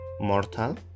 mortal